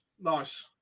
Nice